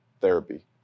therapy